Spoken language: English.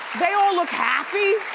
they all look happy.